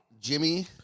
Jimmy